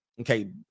Okay